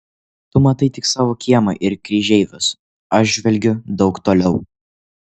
tu matai tik savo kiemą ir kryžeivius aš žvelgiu daug toliau